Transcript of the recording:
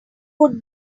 would